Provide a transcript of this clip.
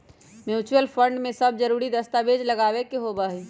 mutual fund में सब जरूरी दस्तावेज लगावे के होबा हई